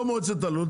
אז לא מועצת הלול.